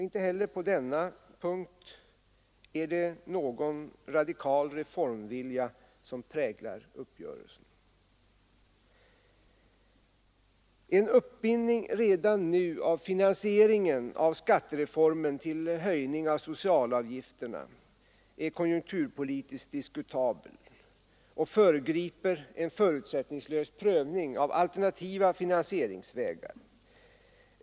Inte heller på denna punkt är det någon radikal reformvilja som präglar uppgörelsen. En uppbindning redan nu av finansieringen av skattereformen till höjning av socialavgifterna är konjunkturpolitiskt diskutabel och föregriper en förutsättningslös prövning av alternativa finansieringsvägar.